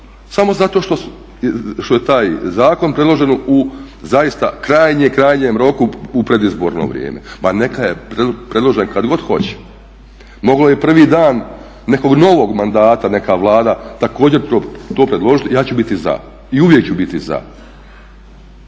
samo zato što je taj zakon predložen u zaista krajnjem, krajnjem roku u predizborno vrijeme. Pa neka je predložen kad god hoće. Moglo je i prvi dan nekog novog mandata neka Vlada također to predložiti, ja ću biti za i uvijek ću biti za.